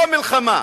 לא מלחמה,